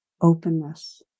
openness